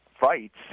fights